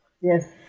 Yes